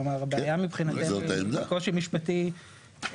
כלומר הבעיה מבחינתנו היא קושי משפטי,